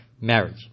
marriage